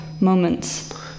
Moments